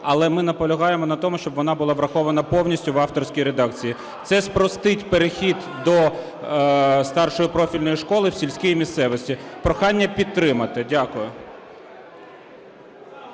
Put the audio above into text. але ми наполягаємо на тому, щоб вона була врахована повністю в авторській редакції. Це спростить перехід до старшої профільної школи в сільській місцевості. Прохання підтримати. Дякую.